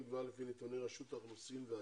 נקבע לפי נתוני רשות האוכלוסין וההגירה.